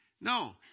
No